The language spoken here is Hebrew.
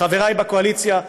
חבריי בקואליציה,